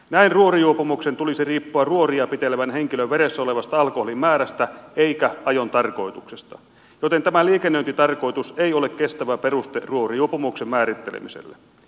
näin ruorijuopumuksen tulisi riippua ruoria pitelevän henkilön veressä olevasta alkoholimäärästä eikä ajon tarkoituksesta joten tämä liikennöintitarkoitus ei ole kestävä peruste ruorijuopumuksen määrittelemiselle